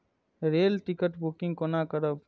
Rail ticket booking कोना करब?